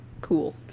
cool